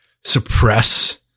suppress